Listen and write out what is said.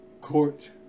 court